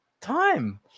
time